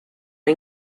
una